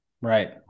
Right